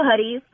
hoodies